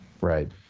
Right